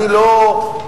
אני לא,